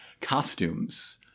costumes